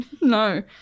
No